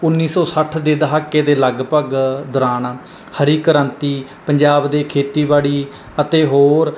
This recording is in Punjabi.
ਉੱਨੀ ਸੌ ਸੱਠ ਦੇ ਦਹਾਕੇ ਦੇ ਲਗਭਗ ਦੌਰਾਨ ਹਰੀ ਕ੍ਰਾਂਤੀ ਪੰਜਾਬ ਦੇ ਖੇਤੀਬਾੜੀ ਅਤੇ ਹੋਰ